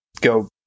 go